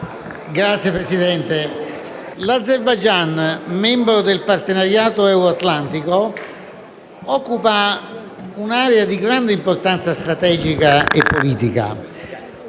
Signor Presidente, l'Azerbaijan, che è membro del Partenariato Euro-Atlantico, occupa un'area di grande importanza strategica e politica,